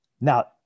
Now